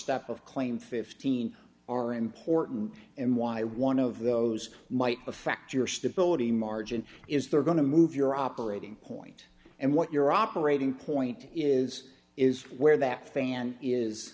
step of claim fifteen are important and why one of those might affect your stability margin is they're going to move your operating point and what your operating point is is where that fan is